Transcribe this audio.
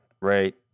right